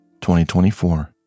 2024